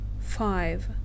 Five